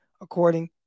according